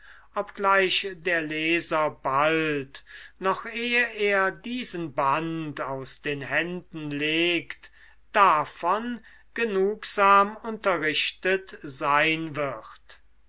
obgleich der leser bald noch ehe er diesen band aus den händen legt davon genugsam unterrichtet sein wird